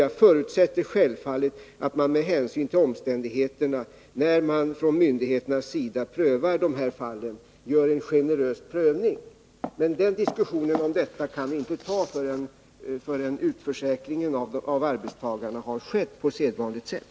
Jag förutsätter självfallet att myndigheterna gör en generös prövning av de här fallen med hänsyn till omständigheterna. Men diskussionen om detta kan vi inte föra förrän utförsäkringen av arbetstagarna har skett på sedvanligt sätt.